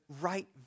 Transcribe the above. right